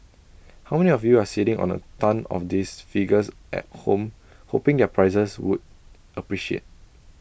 how many of you are sitting on A tonne of these figures at home hoping their prices would appreciate